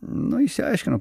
nu išsiaiškinom